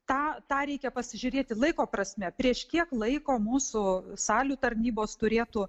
tą tą reikia pasižiūrėti laiko prasme prieš kiek laiko mūsų salių tarnybos turėtų